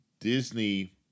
Disney